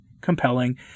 compelling